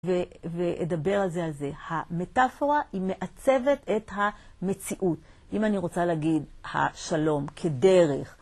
ואדבר על זה, המטאפורה היא מעצבת את המציאות, אם אני רוצה להגיד השלום כדרך.